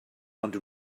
ond